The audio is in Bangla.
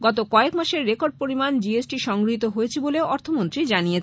গত কয়েক মাসে রেকর্ড পরিমাণ জিএসটি সংগৃহীত হয়েছে বলে অর্থমন্ত্রী জানিয়েছেন